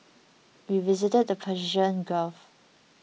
we visited the Persian Gulf